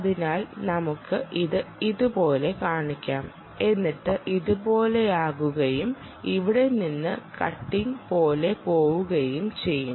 അതിനാൽ നമുക്ക് ഇത് ഇതുപോലെ കാണിക്കാം എന്നിട്ട് ഇതുപോലെയാകുകയും ഇവിടെ നിന്ന് ഈ കട്ടിംഗ് പോലെ പോകുകയും ചെയ്യും